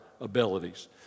abilities